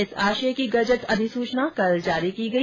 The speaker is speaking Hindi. इस आशय की गजट अधिसूचना कल जारी की गई